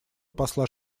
посла